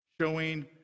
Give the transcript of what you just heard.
showing